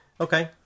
Okay